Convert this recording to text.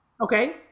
Okay